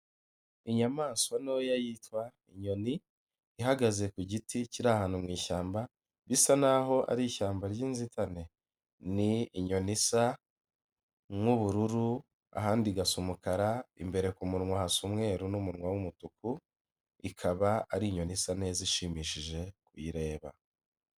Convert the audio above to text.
Inyamaswa ntoya yitwa inyoni, ihagaze ku giti kiri ahantu mu ishyamba, bisa n'aho ari ishyamba ry'inzitane, ni inyoni isa nk'ubururu, ahandi igasa umukara, imbere ku munwa hasa umweru n'umunwa w'umutuku, ikaba ari inyoni isa neza ishimishije kuyireba.